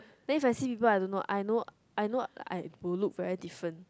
then if I see people I don't know I know I know I would look very different